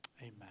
Amen